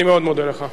אני מאוד מודה לך.